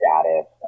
status